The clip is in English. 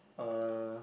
uh